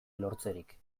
lortzerik